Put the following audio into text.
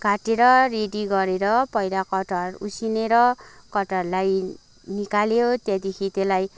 ready गरेर पहिला कटहर उसिनेर कटहरलाई निकाल्यो त्यहाँदेखि त्यसलाई